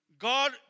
God